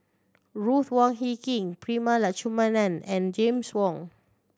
Ruth Wong Hie King Prema Letchumanan and James Wong